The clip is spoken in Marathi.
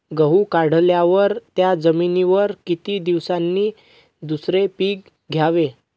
गहू काढल्यावर त्या जमिनीवर किती दिवसांनी दुसरे पीक घ्यावे?